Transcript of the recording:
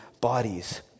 bodies